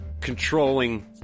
controlling